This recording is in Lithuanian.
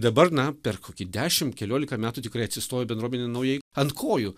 dabar na per kokį dešimt keliolika metų tikrai atsistojo bendruomenė naujai ant kojų